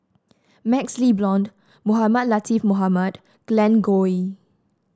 MaxLe Blond Mohamed Latiff Mohamed Glen Goei